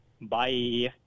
Bye